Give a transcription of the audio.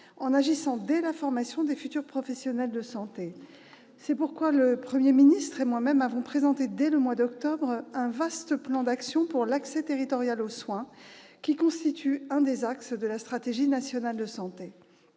en agissant dès la formation des futurs professionnels de santé. C'est pourquoi le Premier ministre et moi-même avons présenté, dès le mois d'octobre dernier, un vaste plan d'action pour l'accès territorial aux soins, qui constitue l'un des axes de la stratégie nationale de santé.